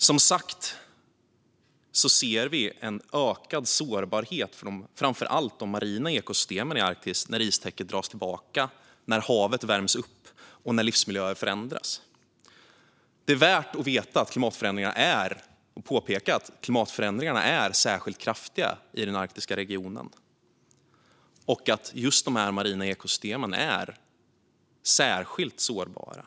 Som sagt ser vi en ökad sårbarhet när det gäller framför allt de marina ekosystemen i Arktis när istäcket dras tillbaka, havet värms upp och livsmiljöer förändras. Det är värt att veta att klimatförändringarna är särskilt kraftiga i den arktiska regionen och att just de marina ekosystemen är särskilt sårbara.